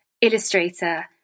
illustrator